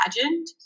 imagined